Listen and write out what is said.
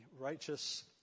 righteous